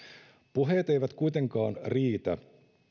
puheet eivät kuitenkaan riitä